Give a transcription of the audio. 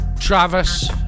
Travis